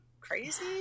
crazy